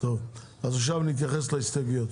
עכשיו נצביע על ההסתייגויות.